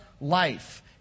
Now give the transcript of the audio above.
life